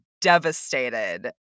devastated